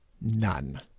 none